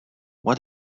what